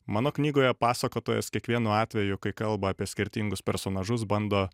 mano knygoje pasakotojas kiekvienu atveju kai kalba apie skirtingus personažus bando